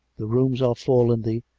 the rooms are full in the.